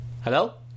Hello